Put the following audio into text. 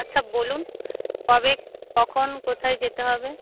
আচ্ছা বলুন কবে কখন কোথায় যেতে হবে